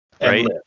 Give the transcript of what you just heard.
right